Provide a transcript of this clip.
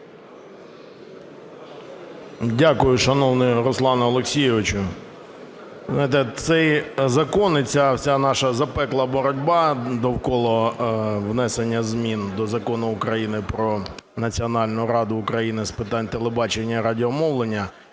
Дякую, шановний Руслане Олексійовичу. Цей закон і ця вся наша запекла боротьба довкола внесення змін до Закону України "Про Національну раду України з питань телебачення і радіомовлення",